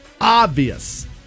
obvious